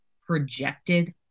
projected